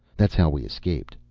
that's how we escaped.